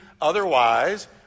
otherwise